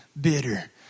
bitter